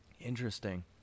Interesting